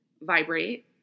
vibrate